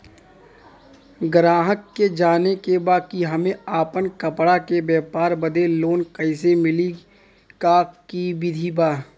गराहक के जाने के बा कि हमे अपना कपड़ा के व्यापार बदे लोन कैसे मिली का विधि बा?